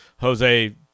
Jose